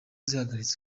zihagaritswe